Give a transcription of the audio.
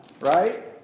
right